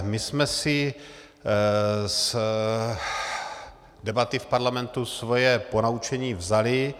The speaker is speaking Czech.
My jsme si z debaty v parlamentu svoje ponaučení vzali.